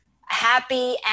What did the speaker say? Happy